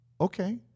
okay